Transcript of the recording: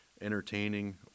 entertaining